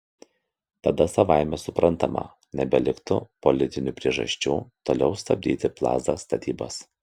tada savaime suprantama nebeliktų politinių priežasčių toliau stabdyti plaza statybas